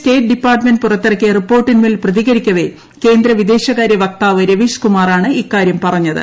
state department പുറത്തിറക്കിയ റിപ്പോർട്ടിന്മേൽ പ്രതികരിക്കവേ കേന്ദ്ര വിദേശകാര്യ വക്താവ് രവീഷ് കുമാറാണ് ഇക്കാര്യം പറഞ്ഞത്